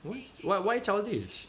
why why childish